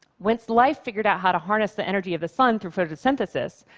once life figured out how to harness the energy of the sun through photosynthesis,